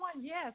Yes